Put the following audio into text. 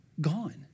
gone